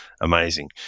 Amazing